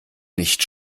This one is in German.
nicht